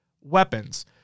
weapons